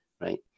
Right